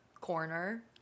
corner